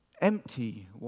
empty